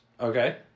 Okay